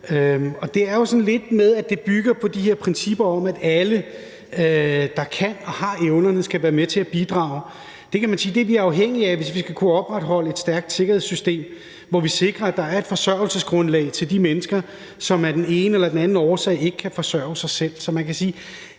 det bygger på de her principper om, at alle, der kan og har evnerne, skal være med til at bidrage. Det kan man sige vi er afhængige af, hvis vi skal kunne opretholde et stærkt sikkerhedssystem, hvor vi sikrer, at der er et forsørgelsesgrundlag til de mennesker, som af den ene eller den anden årsag ikke kan forsørge sig selv.